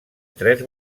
tres